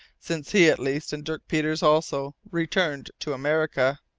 since he, at least, and dirk peters also, returned to america.